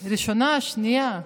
הראשונה, השנייה?